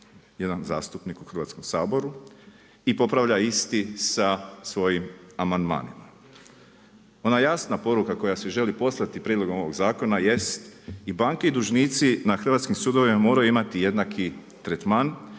jedan zastupnik u Hrvatskom saboru i popravlja isti sa svojim amandmanima. Ona jasna poruka koja se želi poslati prijedlogom ovoga zakona jest i banke i dužnici na hrvatskim sudovima moraju imati jednaki tretman